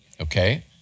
Okay